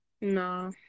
no